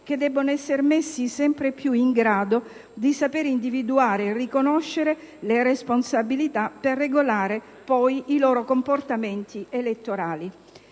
che debbono essere messi sempre più in grado di saper individuare e riconoscere le responsabilità per regolare poi i loro comportamenti elettorali.